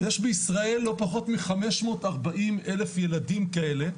יש בישראל לא פחות מ- 540,000 ילדים כאלה,